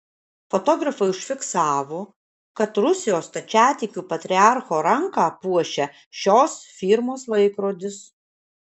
fotografai užfiksavo kad rusijos stačiatikių patriarcho ranką puošia šios firmos laikrodis